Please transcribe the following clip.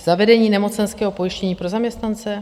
Zavedení nemocenského pojištění pro zaměstnance?